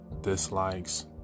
dislikes